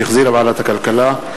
שהחזירה ועדת הכלכלה,